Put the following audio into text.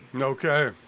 Okay